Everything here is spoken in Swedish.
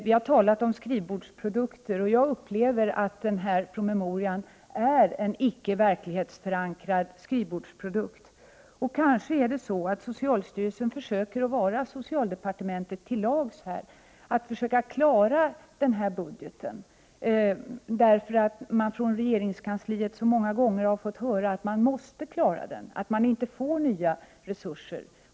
Vi har här talat om skrivbordsprodukter, och jag upplever den här promemorian som en icke verklighetsförankrad skrivbordsprodukt. Kanske vill socialstyrelsen vara socialdepartementet till lags genom att försöka klara budgeten, eftersom man från regeringskansliet så många gånger har fått höra att man måste klara den. Man får inte nya resurser.